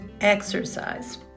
Exercise